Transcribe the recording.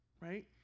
right